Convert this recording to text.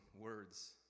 words